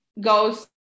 goes